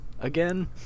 again